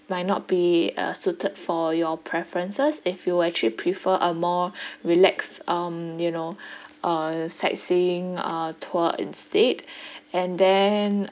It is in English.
might not be uh suited for your preferences if you actually prefer a more relaxed um you know uh sightseeing uh tour instead and then